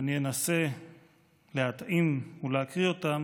ואני אנסה להטעים ולהקריא אותם